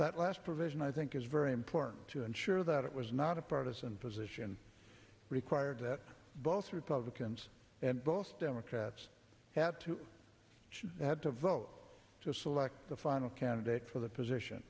that last provision i think is very important to ensure that it was not a partisan position required that both republicans and both democrats had to she had to vote to select the final candidate for the position